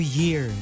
year